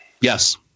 Yes